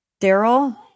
Daryl